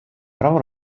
bravo